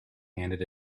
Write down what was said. handed